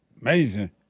Amazing